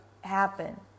Happen